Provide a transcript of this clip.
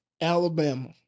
Alabama